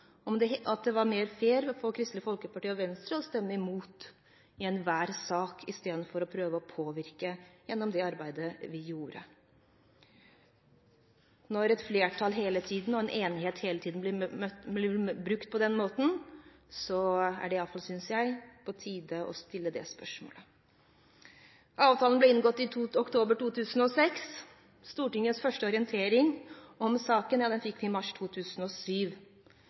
det vært mer fair å få Kristelig Folkeparti og Venstre til å stemme imot i enhver sak, i stedet for å prøve å påvirke gjennom det arbeidet vi gjorde? Når et flertall og en enighet hele tiden blir brukt på den måten, synes jeg det er på tide å stille det spørsmålet. Avtalen ble inngått i oktober 2006. I Stortinget fikk vi den første orientering om saken i mars 2007. Vi fikk altså ikke Gjennomføringsavtalen på det tidspunktet. Vi